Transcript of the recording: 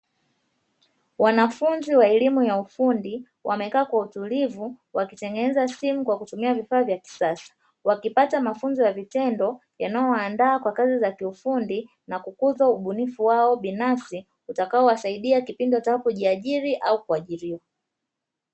Wanafunzi wa elimu ya ufundi, wamekaa kwa utulivu wakitengeneza simu kwa kutumia vifaa vya kisasa. Wakipata mafunzo ya vitendo yanayowaandaa kwa kazi za kiufundi na kukuza ubunifu wao binafsi utakaowasaidia kipindi watakapojiajiri au kuajiriwa.